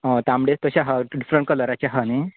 हय तांबडें तशें डिफरंट कलराचे आसा न्ही